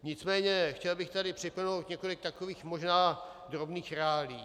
Nicméně chtěl bych tady připomenout několik takových možná drobných reálií.